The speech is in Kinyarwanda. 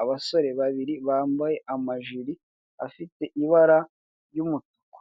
abasore babiri bambaye amajire afite ibara ry'umutuku.